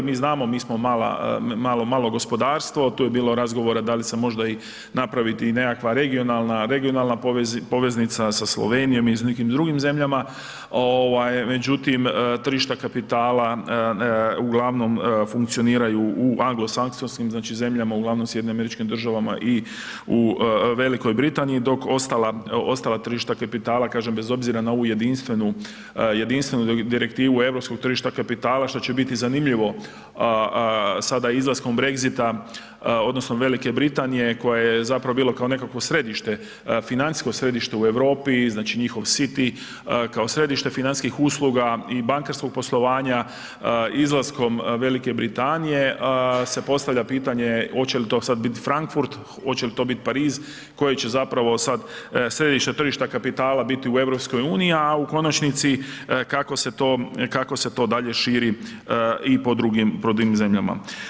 Mi znamo, mi smo mala, malo gospodarstvo, tu je bilo razgovora da li se možda napraviti i nekakva regionalna poveznica sa Slovenijom i sa nekim drugim zemljama ovaj međutim tržišta kapitala uglavnom funkcioniraju u Anglosaksonskim zemljama uglavnom SAD-u i u Velikoj Britaniji dok ostala tržišta kapitala, kažem bez obzira na ovu jedinstvenu direktivu europskog tržišta kapitala što će biti zanimljivo sada izlaskom Brexita odnosno Velike Britanije koje je zapravo bilo kao nekakvo središte, financijsko središte u Europi, znači njihov cyti kao središte financijskih usluga i bankarskog poslovanja, izlaskom Velike Britanije se postavlja pitanje hoće li to sada biti Frankfurt, hoće li to biti Pariz, koje će zapravo sad središte tržišta kapitala biti u EU, a u konačnici kako se to dalje širi i po drugim zemljama.